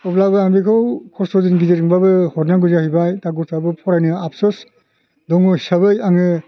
अब्लाबो आं बेखौ खस्थ'जों गेजेरजोंबाबो हरनांगौ जाहैबाय दा गथ'आबो फरायनो आपसस दङ हिसाबै आङो